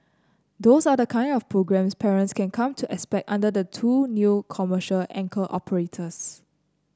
those are the kind of programmes parents can come to expect under the two new commercial anchor operators